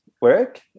work